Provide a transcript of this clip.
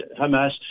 Hamas